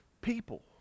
people